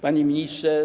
Panie Ministrze!